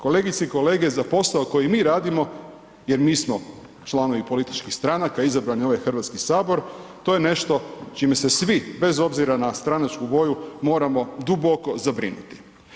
Kolegice i kolege, za posao koji mi radimo, jer mi smo članovi političkih stranaka izabrani u ovaj HS, to je nešto čime se svi, bez obzira na stranačku boju, moramo duboko zabrinuti.